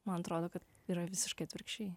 man atrodo kad yra visiškai atvirkščiai